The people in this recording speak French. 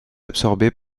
absorbé